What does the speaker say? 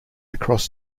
across